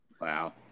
wow